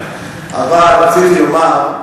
אבל רציתי לומר,